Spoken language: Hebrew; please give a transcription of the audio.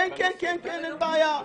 כן, אין בעיה.